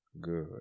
good